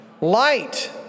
light